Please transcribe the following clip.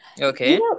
Okay